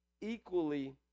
equally